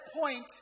point